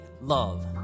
love